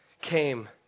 came